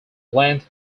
length